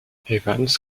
evans